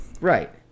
right